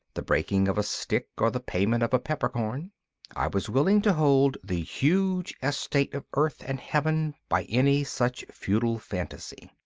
the breaking of a stick or the payment of a peppercorn i was willing to hold the huge estate of earth and heaven by any such feudal fantasy.